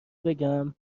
بگم